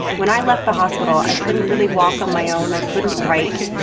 when i left the hospital i couldn't really walk on my own, i couldn't write,